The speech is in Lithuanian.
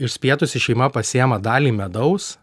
išspietusi šeima pasiima dalį medaus